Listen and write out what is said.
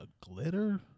glitter